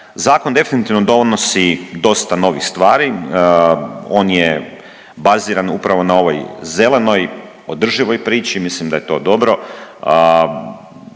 zakon definitivno donosi dosta novih stvari. On je baziran upravo na ovoj zelenoj, održivoj priči. Mislim da je to dobro.